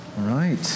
right